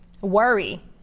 Worry